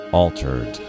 altered